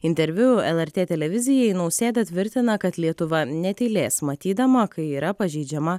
interviu lrt televizijai nausėda tvirtina kad lietuva netylės matydama kai yra pažeidžiama